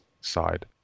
side